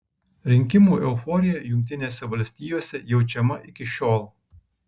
rinkimų euforija jungtinėse valstijose jaučiama iki šiol